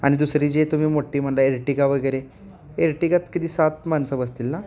आणि दुसरी जे तुम्ही मोठी म्हटलं एर्टिका वगैरे एर्टिगात किती सात माणसं बसतील ना